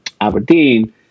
aberdeen